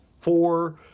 four